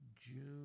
June